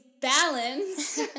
balance